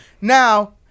now